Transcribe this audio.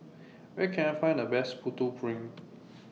Where Can I Find The Best Putu Piring